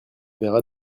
verra